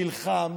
נלחם,